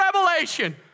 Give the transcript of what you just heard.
revelation